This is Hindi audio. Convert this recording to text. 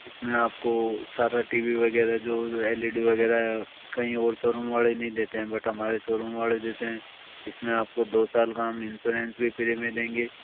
इसमें आपको सादा टी वी वगैरह जो एल ई डी वगैरह कहीं और शोरूम वाले नहीं देते हैं बट हमारे शोरूम वाले देते हैं इसमें आपको दो साल का इंश्योरेंस भी फ्री में देंगे